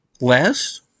less